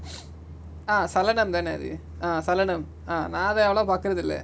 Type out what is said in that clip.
ah salanam தான அது:thana athu ah salanam ah நா அத அவலவா பாக்குறது இல்ல:na atha avalava paakurathu illa